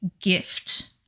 gift